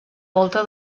volta